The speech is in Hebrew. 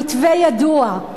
המתווה ידוע.